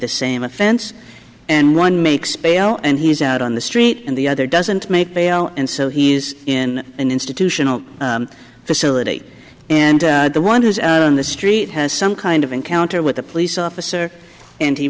the same offense and one makes bail and he's out on the street and the other doesn't make bail and so he is in an institutional facility and the one who's out on the street has some kind of encounter with a police officer and he